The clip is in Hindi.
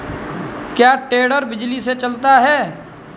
क्या टेडर बिजली से चलता है?